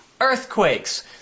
Earthquakes